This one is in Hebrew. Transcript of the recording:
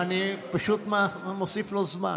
מה שאתם עושים, אני פשוט מוסיף לו זמן.